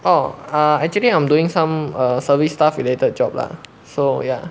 orh ah actually I'm doing some err service stuff related job lah so ya